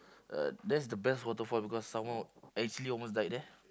uh that's the best waterfall because someone actually almost died there